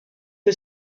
que